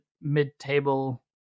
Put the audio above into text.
mid-table